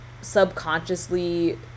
subconsciously